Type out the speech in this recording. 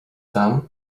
tam